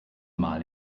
mal